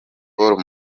ball